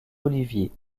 oliviers